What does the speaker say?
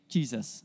Jesus